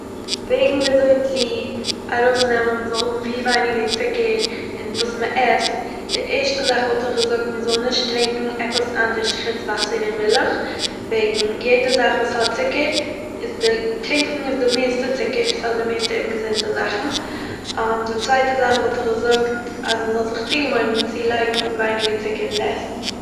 וועגן ווי אזוי צו ארויסצונעמען מ'זאל האבן ווי ווייניגער צוקער אין וואס מ'עסט, די ערשטע זאך וואלט איך געזאגט מ'זאל נישט טרינקען עפעס אנדערש חוץ וואסער און מילך, וועגן יעדער וואס האט צוקער איז די טרינקען איז די מערסטע צוקער ס'האט די מערסטע אומגעזונטער זאכן, די צווייטע זאך וואלט איך געזאגט אז מ'זאל זיך צוגעוואוינען צו לייגן ווייניגער צוקער אין די עסן.